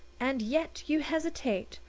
and yet you hesitate!